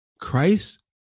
Christ